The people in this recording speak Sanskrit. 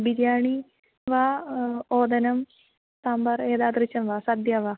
बिर्याणि वा ओदनं साम्बार् एतादृशं वा सद्य वा